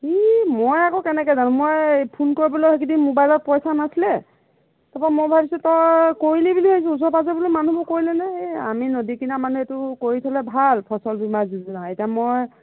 ই মই আকৌ কেনেকৈ জানো মই ফোন কৰিবলৈও সেইকেইদিন মোবাইলত পইচা নাছিলে তাপা মই ভাবিছোঁ তই কৰিলি বুলি ভাবিছোঁ ওচৰ পাঁজৰ বোলো বুলি মানুহবোৰে কৰিলেনে এই আমি নদীৰ কিনাৰৰ মানুহ এইটো কৰি থ'লে ভাল ফচল বীমাৰ যোজনা হয় এতিয়া মই